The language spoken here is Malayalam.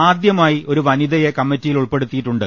ആദ്യമായി ഒരു വനിതയെ കമ്മറ്റിയിൽ ഉൾപ്പെടുത്തിയിട്ടുണ്ട്